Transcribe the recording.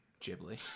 ghibli